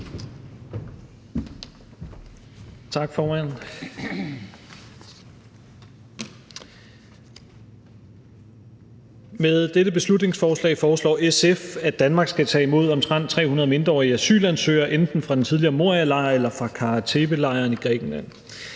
Med dette beslutningsforslag foreslår SF, at Danmark skal tage imod omtrent 300 mindreårige asylansøgere enten fra den tidligere Morialejr eller fra Kara Tepe-lejren i Grækenland.